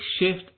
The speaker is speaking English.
shift